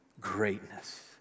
greatness